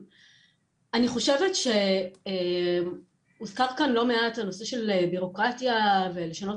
אני חושבת שהוזכר כאן לא מעט הנושא של בירוקרטיה ולשנות